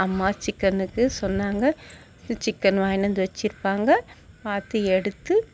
அம்மா சிக்கனுக்கு சொன்னாங்க சிக்கன் வாங்கிட்டு வந்து வச்சுருப்பாங்க பார்த்து எடுத்து